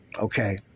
okay